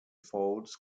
folds